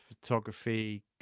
photography